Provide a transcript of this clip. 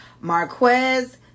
Marquez